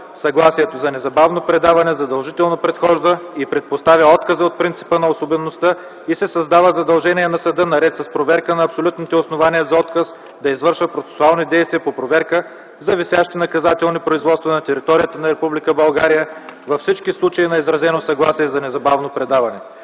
съгласието за незабавно предаване задължително предхожда и предпоставя отказа от принципа на особеността и се създава задължение на съда наред с проверка на абсолютните основания за отказ да извършва процесуални действия по проверка за висящи наказателни производства на територията на Република България във всички случаи на изразено съгласие за незабавно предаване.